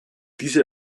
diese